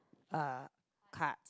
uh card